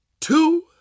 two